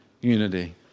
unity